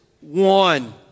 one